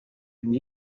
and